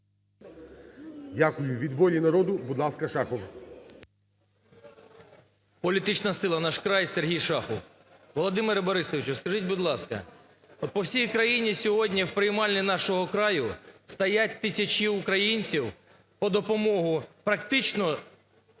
дякую. Від "Волі народу", будь ласка, Шахов. 10:43:11 ШАХОВ С.В. Політична сила "Наш край", Сергій Шахов. Володимире Борисовичу, скажіть, будь ласка, по всій країні сьогодні в приймальнях "Нашого краю" стоять тисячі українців по допомогу, практично,